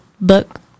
book